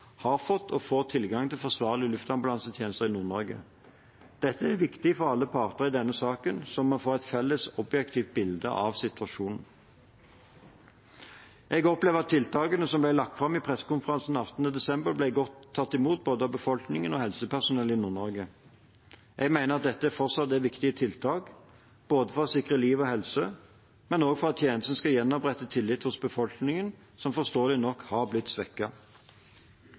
har fått og får tilgang til forsvarlige luftambulansetjenester i Nord-Norge. Dette er viktig for alle parter i denne saken, slik at man får et felles objektivt bilde av situasjonen. Jeg opplever at tiltakene som ble lagt fram i pressekonferansen 18. desember, ble tatt godt imot både av befolkningen og helsepersonell i Nord-Norge. Jeg mener dette fortsatt er viktige tiltak, både for å sikre liv og helse og også for at tjenesten skal gjenopprette tilliten hos befolkningen, som forståelig nok har blitt